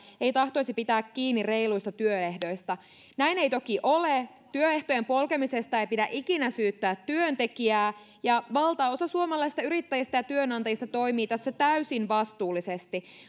ei tahtoisi pitää kiinni reiluista työehdoista näin ei toki ole työehtojen polkemisesta ei pidä ikinä syyttää työntekijää ja valtaosa suomalaista yrittäjistä ja työnantajista toimii tässä täysin vastuullisesti